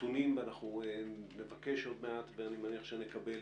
אנחנו נבקש עוד מעט ונקבל